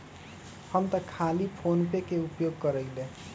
हम तऽ खाली फोनेपे के उपयोग करइले